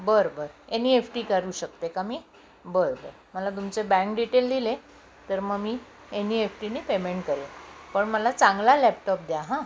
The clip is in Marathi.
बरं बरं एन ई एफ टी करू शकते का मी बरं बरं मला तुमचे बँक डिटेल दिले तर मग मी एन ई एफ टीने पेमेंट करेन पण मला चांगला लॅपटॉप द्या हां